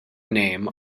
name